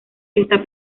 está